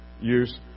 use